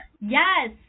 Yes